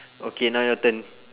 okay now your turn